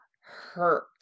hurt